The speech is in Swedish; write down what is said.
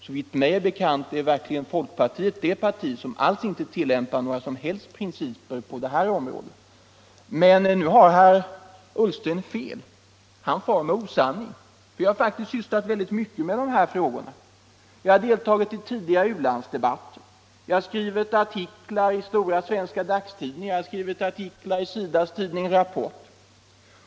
Såvitt mig är bekant är verkligen folkpartiet det parti som alls inte tillämpar några som helst principer på det området. Dessutom har herr Ullsten fel. Han far med osanning. Jag har faktiskt sysslat väldigt mycket med de här frågorna. Jag har deltagit i tidigare u-landsdebatter, jag har skrivit artiklar i stora svenska dagstidningar, jag har skrivit artiklar i SIDA:s tidning Rapport.